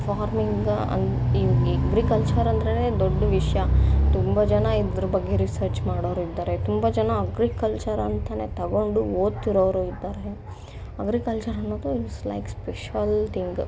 ಫಾರ್ಮಿಂದ agriculture ಅಂದ್ರೆನೇ ದೊಡ್ಡ ವಿಷಯ ತುಂಬ ಜನ ಇದ್ರ ಬಗ್ಗೆ ರಿಸರ್ಚ್ ಮಾಡೋರಿದ್ದಾರೆ ತುಂಬ ಜನ ಅಗ್ರಿಕಲ್ಚರ್ ಅಂತಲೇ ತಗೊಂಡು ಓದ್ತಿರೋರು ಇದ್ದಾರೆ ಅಗ್ರಿಕಲ್ಚರ್ ಅನ್ನೋದು ಇಟ್ಸ್ ಲೈಕ್ ಸ್ಪೆಷಲ್ ತಿಂಗ